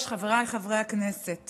חבר הכנסת